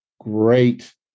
great